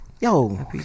yo